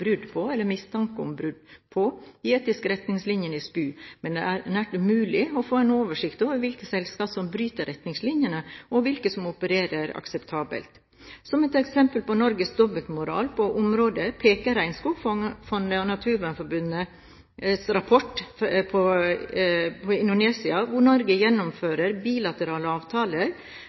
brudd på, eller mistanke om brudd på, de etiske retningslinjene i SPU, men det er nærmest umulig å få en oversikt over hvilke selskaper som bryter retningslinjene og hvilke selskaper som opererer akseptabelt. Som et eksempel på Norges dobbeltmoral på området peker Regnskogfondets og Naturvernforbundets rapport på Indonesia, hvor Norge gjennom bilaterale avtaler